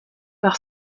par